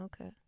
Okay